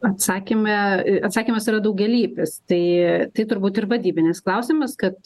atsakyme atsakymas yra daugialypis tai tai turbūt ir vadybinis klausimas kad